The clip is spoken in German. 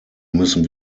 müssen